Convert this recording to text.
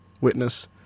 witness